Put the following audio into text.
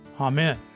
Amen